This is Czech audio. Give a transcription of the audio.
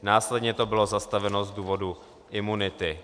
Následně to bylo zastaveno z důvodu imunity.